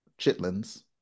chitlins